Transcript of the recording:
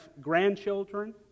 grandchildren